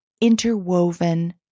interwoven